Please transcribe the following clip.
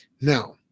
Now